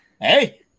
Hey